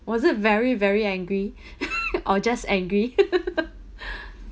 was it very very angry or just angry